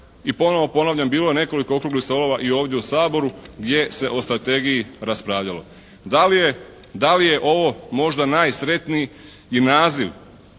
i ponovo ponavljam bilo je nekoliko okruglih stolova i ovdje u Saboru gdje se o strategiji raspravljalo. Da li je, da li je ovo možda najsretniji i naziv?